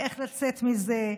ואיך לצאת מזה,